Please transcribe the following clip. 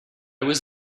was